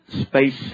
space